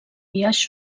biaix